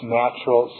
natural